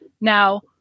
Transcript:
Now